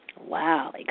Wow